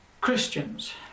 Christians